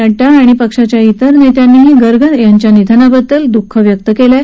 नड्डा आणि पक्षाच्या ात्रेर नेत्यांनी गर्ग यांच्या निधनाबद्दल दुःख व्यक्त केलं आहे